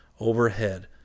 overhead